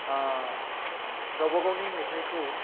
गावबागावनि मेथायखौ